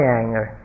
anger